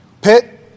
Pitt